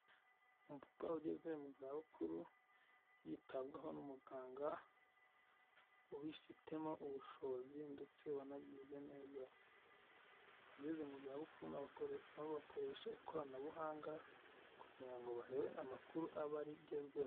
Umupapa ugeze mu za bukuru yitabwaho n'umuganga ubifitemo ubushobozi ndetse wanabyize neza, abageze mu zabukuru nabo bakoresha ikoranabuhanga kugira ngo barebe amakuru aba ari agezweho.